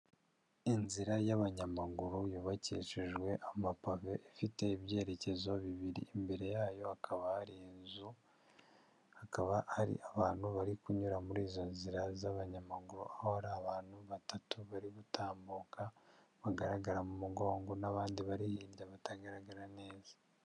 Inzira y'abanyamaguru yubakishijwe amapave ifite ibyerekezo bibiri imbere yayo hakaba hari inzu hakaba hari abantu bari kunyura muri izo nzira z'abanyamaguru ho hari abantu batatu bari gutamuka bagaragara mu mugongo n'abandi baririmbyi batagaragara neza.